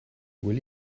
will